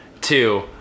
Two